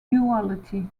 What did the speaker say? duality